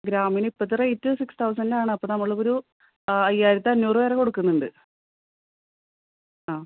ഗ്രാമിന് ഇപ്പോഴത്തെ rate six തൗസൻഡാണ് അപ്പോൾ നമ്മളൊരു അയ്യായിരത്തി അഞ്ഞൂറുവരെ കൊടുക്കുന്നുണ്ട് ആ